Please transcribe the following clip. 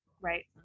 right